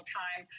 time